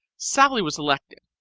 sallie was elected,